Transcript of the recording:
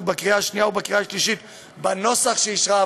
בקריאה השנייה ובקריאה השלישית בנוסח שאישרה הוועדה.